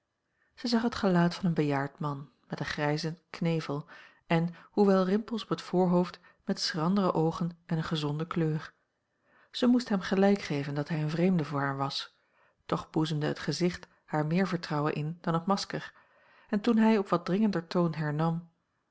zij zag het gelaat van een bejaard man met een grijzen knevel en hoewel rimpels op het voorhoofd met schrandere oogen en een gezonde kleur zij moest hem gelijk geven dat hij een vreemde voor haar was toch boezemde het gezicht haar meer vertrouwen in dan het masker en toen hij op wat dringender toon hernam